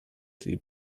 die